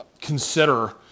consider